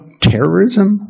terrorism